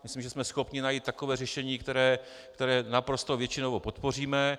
Myslím, že jsme schopni najít takové řešení, které naprostou většinou podpoříme.